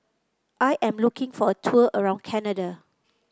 I am looking for a tour around Canada